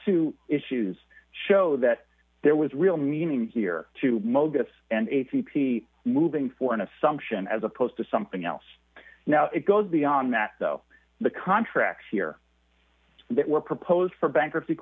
two issues show that there was real meaning here to mogis and a t p moving for an assumption as opposed to something else now it goes beyond that though the contracts here that were proposed for bankruptcy